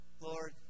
Lord